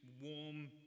warm